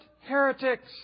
heretics